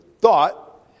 thought